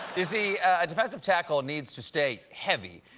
you see, a defensive tackle needs to stay heavy,